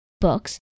books